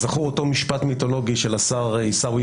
זכור אותו משפט מיתולוגי של השר עיסאווי